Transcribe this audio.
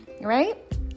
right